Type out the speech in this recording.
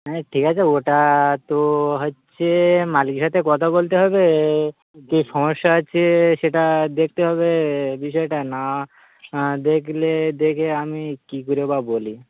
হ্যাঁ ঠিক আছে ওটা তো হচ্ছে মালিকের সাথে কথা বলতে হবে যে সমস্যা আছে সেটা দেখতে হবে বিষয়টা না দেখলে দেখে আমি কী করে বা বলি